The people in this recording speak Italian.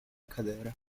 cadere